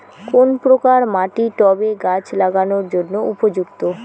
কোন প্রকার মাটি টবে গাছ লাগানোর জন্য উপযুক্ত?